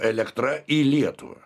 elektra į lietuvą